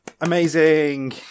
amazing